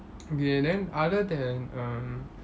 okay and other than um